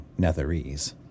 Netherese